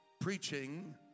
preaching